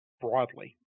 broadly